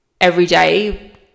everyday